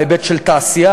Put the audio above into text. בהיבט של תעשייה,